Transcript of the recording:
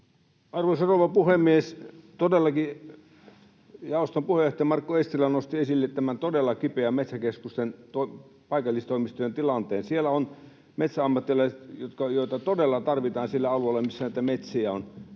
Arvoisa rouva puhemies! Todellakin jaoston puheenjohtaja Markku Eestilä nosti esille tämän todella kipeän Metsäkeskuksen paikallistoimistojen tilanteen. Siellä on metsäammattilaisia, joita todella tarvitaan siellä alueilla, missä niitä metsiä on.